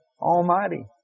Almighty